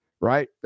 right